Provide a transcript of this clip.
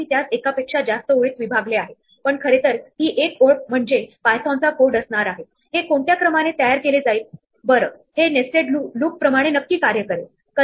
आता आपण यापैकी एक घेऊ शकतो उदाहरणार्थ सर्वात वरच्या डाव्या बाजूचा आणि तिथून आपण कुठे पोहोचू शकतो ते अन्वेषण करूया